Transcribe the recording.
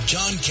John